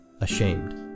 ashamed